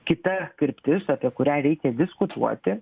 kita kryptis apie kurią reikia diskutuoti